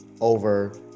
over